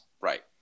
Right